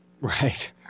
Right